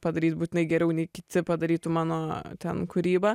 padaryt būtinai geriau nei kiti padarytų mano ten kūrybą